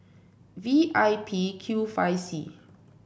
V I P Q five C